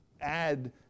add